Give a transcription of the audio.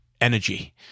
energy